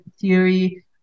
theory